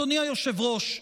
אדוני היושב-ראש,